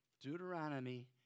Deuteronomy